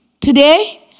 Today